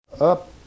Up